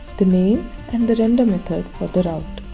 the name and the render method for the route